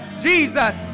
Jesus